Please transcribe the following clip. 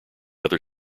other